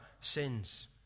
sins